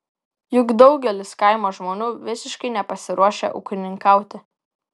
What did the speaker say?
juk daugelis kaimo žmonių visiškai nepasiruošę ūkininkauti